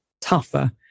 tougher